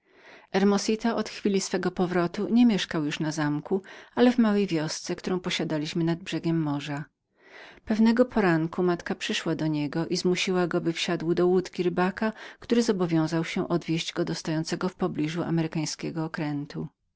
hermosito od chwili swego powrotu nie mieszkał już w zamku ale w małej wiosce którą posiadaliśmy nad brzegiem morza pewnego poranku matka przyszła do niego i zmusiła go że wsiadł do rybackiej łódki której sternik zobowiązał się odwieźć go do stojącego w pobliżu amerykańskiego okrętu